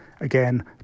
again